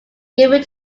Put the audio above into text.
given